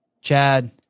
Chad